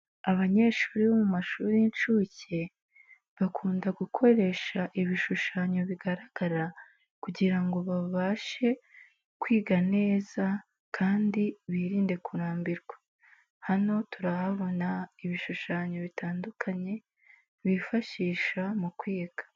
Abanyeshuri bo mu mashuri y'incuke bakunda gukoresha ibishushanyo bigaragara kugira ngo babashe kwiga neza kandi birinde kurambirwa, hano turahabona ibishushanyo bitandukanye bifashisha mu kwiga.